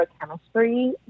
chemistry